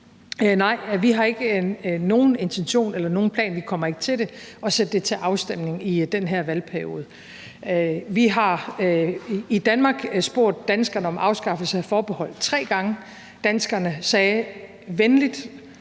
Nej, vi har ikke nogen intention eller nogen plan om at sætte det til afstemning i den her valgperiode, og vi kommer ikke til det. Vi har i Danmark spurgt danskerne om afskaffelse af forbehold tre gange. Danskerne sagde venligt,